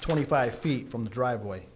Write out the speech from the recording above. twenty five feet from the driveway